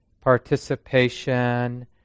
participation